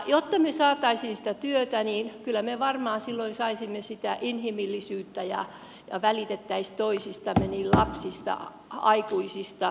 jos me saisimme sitä työtä niin kyllä me varmaan silloin saisimme sitä inhimillisyyttä ja välittäisimme toisistamme niin lapsista aikuisista vanhuksista kuin eläkeläisistä